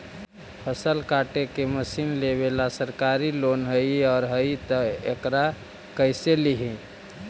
फसल काटे के मशीन लेबेला सरकारी लोन हई और हई त एकरा कैसे लियै?